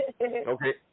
Okay